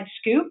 scoop